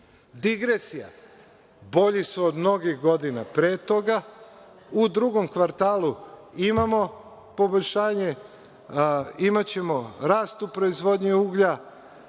Digresija – bolji su od mnogih godina pre toga. U drugom kvartalu imamo poboljšanje, imaćemo rast u proizvodnji uglja.